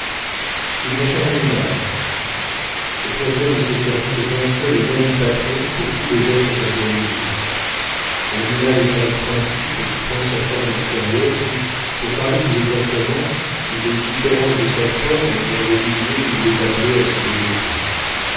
il n'y a qu'un animal le créateur ne s'est servi que d'un seul et même patron pour tous les êtres organisés l'animal est un principe qui prend sa forme extérieure ou pour parler plus exactement les différences de sa forme dans les milieux où il est appelé à se développer